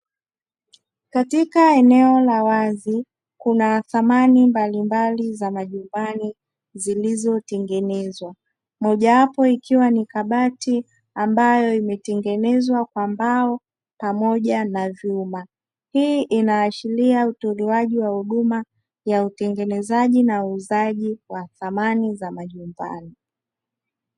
Katika eneo la wazi kuna samani mbalimbali za majumbani zilizotengenezwa. Moja wapo ikiwa ni kabati ambayo imetengenezwa kwa mbao pamoja na vyuma. Hii inaashiria utolewaji wa huduma ya utengenezaji na uuzaji wa samani za majumbani.